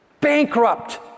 bankrupt